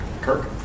Kirk